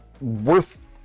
worth